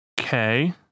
okay